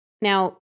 Now